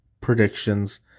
predictions